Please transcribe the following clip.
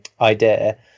idea